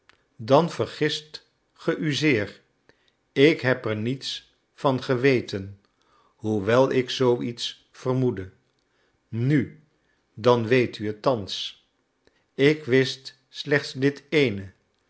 dan vergist ge u zeer ik heb er niets van geweten hoewel ik zoo iets vermoedde nu dan weet u het thans ik wist slechts dit eene